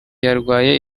yarwaye